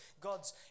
God's